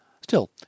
Still